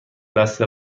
بسته